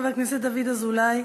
חבר הכנסת דוד אזולאי.